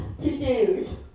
to-dos